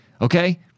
Okay